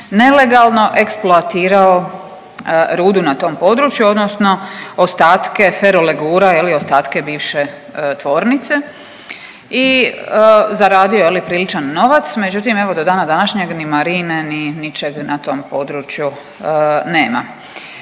nelegalno eksploatirao rudu na tom području odnosno ostatke ferolegura, je li, ostatke bivše tvornice i zaradio, je li, priličan novac, međutim, evo, do dana današnjeg ni marine ni ničeg na tom području nema.